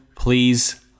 Please